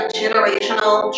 generational